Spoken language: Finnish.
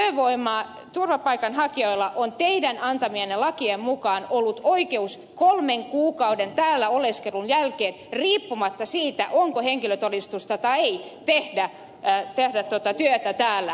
ja hyvä edustaja rajamäki turvapaikanhakijoilla on teidän antamienne lakien mukaan ollut oikeus kolmen kuukauden täällä oleskelun jälkeen riippumatta siitä onko henkilötodistusta tai ei tehdä työtä täällä